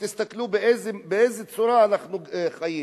תסתכלו באיזו צורה אנחנו חיים.